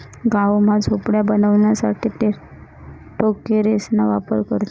गाव मा झोपड्या बनवाणासाठे टोकरेसना वापर करतसं